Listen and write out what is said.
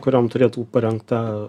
kuriom turėtų parengta